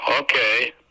okay